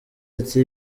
ati